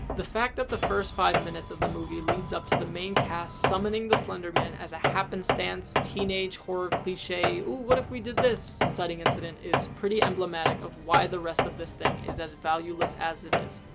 the fact that the first five minutes of the movie leads up to the main cast summoning the slender man as a happenstance, teenage horror cliche, oh, what if we did this? inciting incident is pretty emblematic of why the rest of this thing is as valueless as it is.